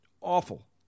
awful